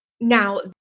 Now